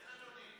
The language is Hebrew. כן, אדוני.